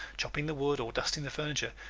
chopping the wood or dusting the furniture,